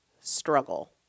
struggle